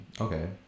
okay